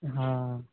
હા